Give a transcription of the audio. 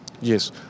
Yes